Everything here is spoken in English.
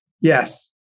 Yes